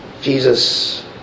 Jesus